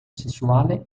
sessuale